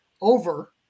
over